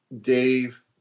Dave